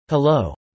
Hello